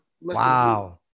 wow